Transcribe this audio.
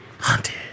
Haunted